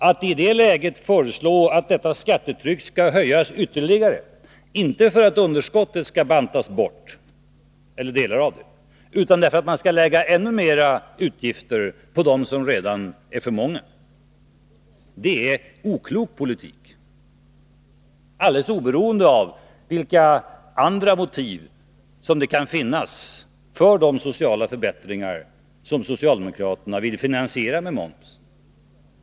Att i det läget föreslå att skattetrycket skall höjas ytterligare, inte därför att delar av budgetunderskottet skall bantas bort utan därför att man skall lägga ännu fler utgifter till dem som vi har och som redan är för många, det är oklok politik, alldeles oberoende av vilka andra motiv som kan finnas för de sociala förbättringar som socialdemokraterna vill finansiera med en höjd moms.